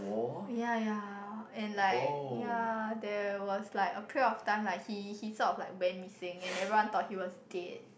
oh yea yea and like yea there was like a period of time like he he sort of like went missing and everyone thought he was dead